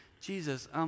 Jesus